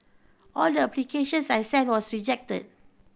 all the applications I sent was rejected